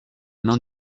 mains